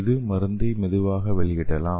இது மருந்தை மெதுவாக வெளியிடலாம்